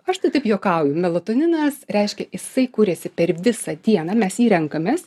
aš tai taip juokauju melatoninas reiškia jisai kuriasi per visą dieną mes jį renkamės